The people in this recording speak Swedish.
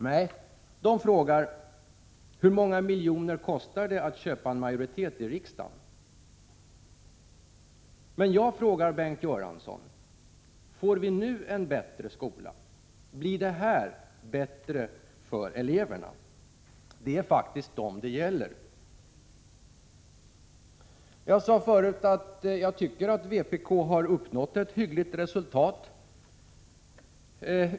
Nej de frågar: Hur många miljoner kostar det att köpa en majoritet i riksdagen? Men jag frågar, Bengt Göransson: Får vi nu en bättre skola? Blir det här bättre för eleverna? Det är faktiskt dem det gäller. Jag sade förut att jag tycker att vpk har uppnått ett hyggligt resultat.